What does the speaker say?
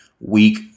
weak